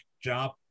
job